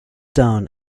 down